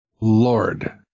Lord